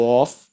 off